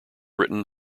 written